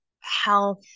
health